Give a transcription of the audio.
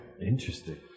Interesting